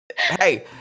hey